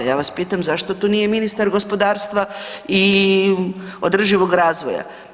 Ja vas pitam zašto tu nije ministar gospodarstva i održivog razvoja?